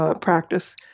practice